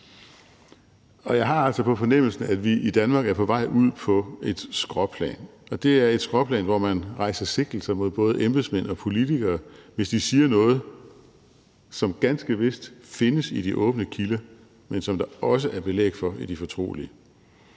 Og jeg har altså på fornemmelsen, at vi i Danmark er på vej ud på et skråplan. Det er et skråplan, hvor man rejser sigtelser mod både embedsmænd og politikere, hvis de siger noget, som ganske vist findes i de åbne kilder, men som der også er belæg for i de fortrolige.